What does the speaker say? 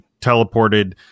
teleported